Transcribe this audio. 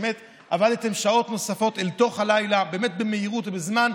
שבאמת עבדתן שעות נוספות אל תוך הלילה במהירות ובזמן,